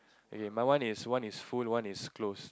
okay my one is one is full one is close